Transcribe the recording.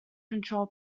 control